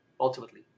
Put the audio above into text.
ultimately